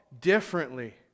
differently